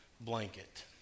blanket